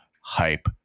hype